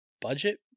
Budget